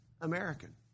American